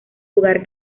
lugar